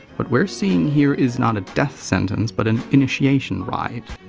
what we're seeing here is not a death sentence, but an initiation rite.